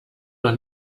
doch